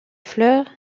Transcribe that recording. fleurs